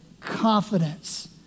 confidence